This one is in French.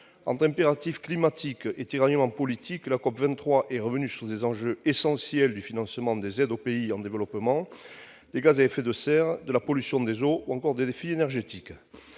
Entre impératifs climatiques et tiraillements politiques, la COP23 est revenue sur les enjeux essentiels que sont le financement des aides aux pays en développement, les gaz à effet de serre, la pollution des eaux, ou encore les défis énergétiques.